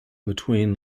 between